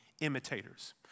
imitators